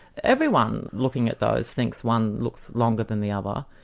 everyone looking at those thinks one looks longer than the other,